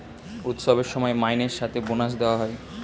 উৎসবের সময় মাইনের সাথে বোনাস দেওয়া হয়